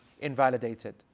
invalidated